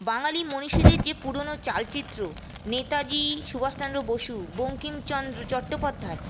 বাঙালি মনিষীদের যে পুরনো চালচিত্র নেতাজী সুভাষচন্দ্র বসু বঙ্কিমচন্দ্র চট্টোপাধ্যায়